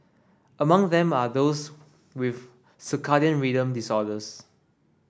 among them are those with circadian rhythm disorders